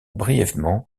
brièvement